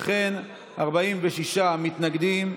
46 מתנגדים,